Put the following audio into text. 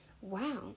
wow